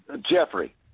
Jeffrey